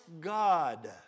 God